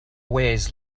ways